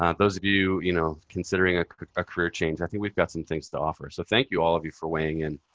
um those of you, you know, considering a career change, i think we've got some things to offer. so thank you all of you for weighing in.